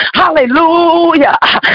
hallelujah